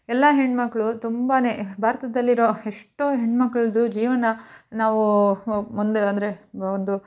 ಎಲ್ಲ ಹೆಣ್ಣುಮಕ್ಳು ತುಂಬ ಭಾರತದಲ್ಲಿರುವ ಎಷ್ಟೋ ಹೆಣ್ಣುಮಕ್ಳದ್ದು ಜೀವನ ನಾವು ಮುಂದೆ ಅಂದರೆ ಒಂದು